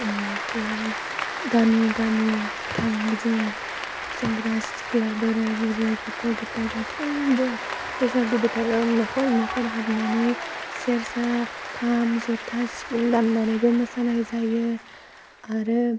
ओमफ्राय गामि गामि थाङो जों सेंग्रा सिख्ला बोराय बुरै गथ' गथाइ गासैबो बैसागु बोथोराव नखर नखर हाबनानै सेरजा खाम जथा सिफुं दामनानैबो मोसानाय जायो आरो